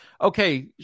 okay